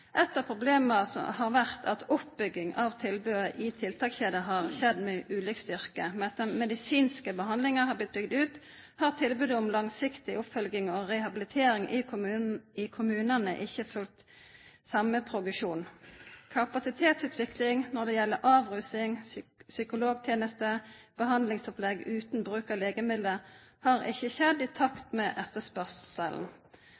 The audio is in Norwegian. Et av problemene har vært at oppbyggingen av tilbudene i tiltakskjeden har skjedd med ulik styrke. Mens den medisinske behandlingen har blitt bygd ut, har tilbudet om langsiktig oppfølging og rehabilitering i kommunene ikke fulgt samme progresjon. Kapasitetsutviklingen når det gjelder avrusning, psykologtjenester og behandlingsopplegg uten bruk av legemidler, har ikke skjedd i